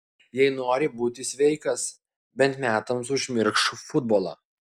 jei nori būti sveikas bent metams užmiršk futbolą